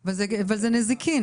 אבל זה נזיקין.